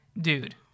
Dude